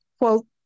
quote